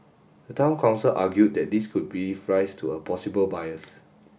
the Town Council argued that this could give rise to a possible bias